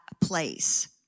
place